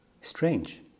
strange